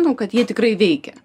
nu kad jie tikrai veikia